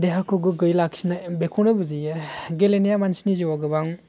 देहाखौ गोग्गोयै लाखिनाय बेखौनो बुजियो गेलेनाया मानसिनि जिउवाव गोबां